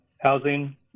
housing